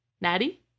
Natty